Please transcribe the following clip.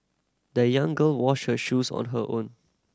the young girl washed her shoes on her own